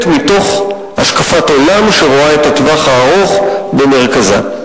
מתוך השקפת עולם שרואה את הטווח הארוך במרכזה.